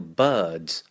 birds